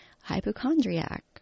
hypochondriac